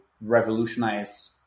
revolutionize